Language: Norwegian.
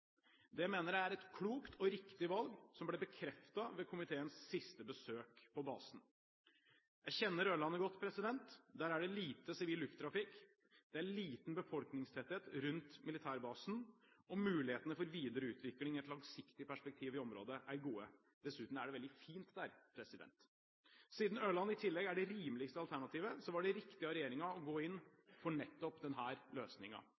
Det mener jeg er et klokt og riktig valg, som ble bekreftet ved komiteens siste besøk på basen. Jeg kjenner Ørland godt: Der er det lite sivil lufttrafikk, det er liten befolkningstetthet rundt militærbasen, og mulighetene for videre utvikling i et langsiktig perspektiv i området er gode. Dessuten er det veldig fint der! Siden Ørland i tillegg er det rimeligste alternativet, var det riktig av regjeringen å gå inn